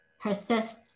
persist